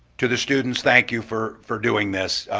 to the students, thank you for for doing this.